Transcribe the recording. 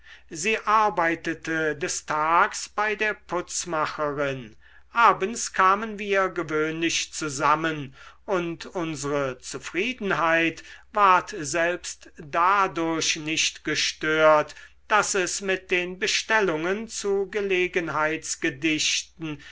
sie arbeitete des tags bei der putzmacherin abends kamen wir gewöhnlich zusammen und unsre zufriedenheit ward selbst dadurch nicht gestört daß es mit den bestellungen zu